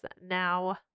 now